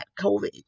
COVID